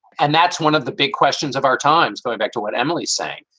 and that's one of the big questions of our times. go back to what emily's saying.